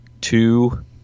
two